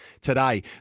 today